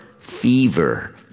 fever